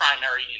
primary